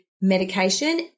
medication